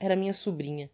era minha sobrinha